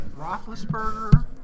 Roethlisberger